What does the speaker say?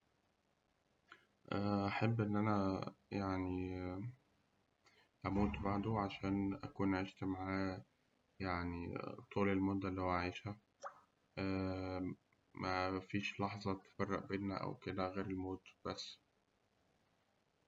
أحب إن أنا يعني أموت بعده عشان أكون عيشت معاه يعني طول المدة اللي هو عايشها مفيش لحظة تفرق بينا أو كده غير الموت بس.